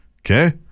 Okay